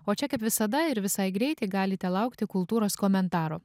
o čia kaip visada ir visai greitai galite laukti kultūros komentaro